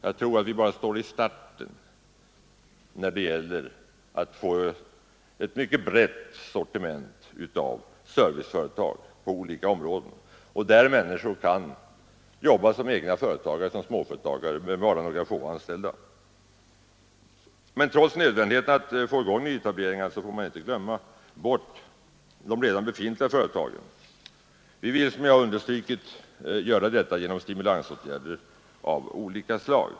Jag tror att vi bara befinner oss i starten när det gäller att få ett mycket brett sortiment av serviceföretag på olika områden — egna företagare och småföretagare med bara några få anställda. Trots nödvändigheten att nyetablera får man inte glömma bort de redan befintliga företagen. Vi vill, som jag har understrukit, åstadkomma detta genom stimulansåtgärder av olika slag.